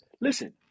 listen